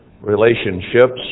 relationships